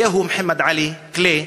זהו מוחמד עלי, קליי,